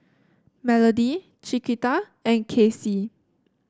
Melodie Chiquita and Kacie